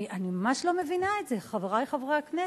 אני ממש לא מבינה את זה, חברי חברי הכנסת.